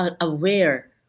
aware